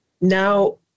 now